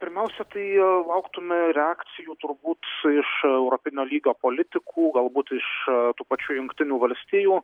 pirmiausia tai jau lauktume reakcijų turbūt iš europinio lygio politikų galbūt iš tų pačių jungtinių valstijų